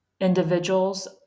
individuals